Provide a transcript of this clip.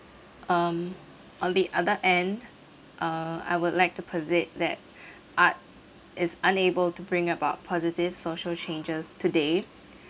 um on the other end uh I would like to posit that art is unable to bring about positive social changes today